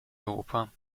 europa